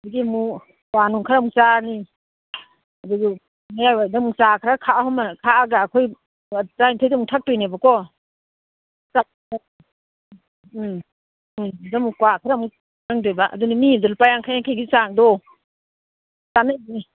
ꯑꯗꯒꯤ ꯑꯃꯨꯛ ꯆꯥꯅꯨꯡ ꯈꯔ ꯑꯃꯨꯛ ꯆꯥꯔꯅꯤ ꯑꯗꯒꯤ ꯃꯌꯥꯏ ꯋꯥꯏꯗ ꯑꯃꯨꯛ ꯆꯥ ꯈꯔ ꯈꯥꯛꯑꯒ ꯑꯩꯈꯣꯏ ꯇꯔꯥꯅꯤꯊꯣꯏꯁꯦ ꯑꯃꯨꯛ ꯊꯛꯇꯣꯏꯅꯦꯕꯀꯣ ꯎꯝ ꯎꯝ ꯑꯗꯨꯗꯃꯨꯛ ꯀ꯭ꯋꯥ ꯈꯔꯃꯨꯛ ꯆꯪꯗꯣꯏꯕ ꯑꯗꯨꯅꯤ ꯃꯤ ꯑꯃꯗ ꯂꯨꯄꯥ ꯌꯥꯡꯈꯩ ꯌꯥꯡꯈꯩꯒꯤ ꯆꯥꯡꯗꯣ ꯆꯥꯅꯩꯌꯦ